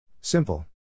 Simple